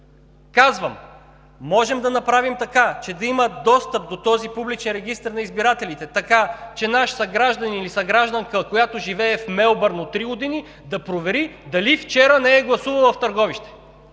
Казвам: можем да направим така, че да има достъп до този публичен регистър на избирателите, така че наш съгражданин или съгражданка, която живее в Мелбърн от три години, да провери дали вчера не е гласувала в Търговище.